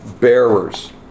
bearers